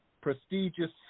prestigious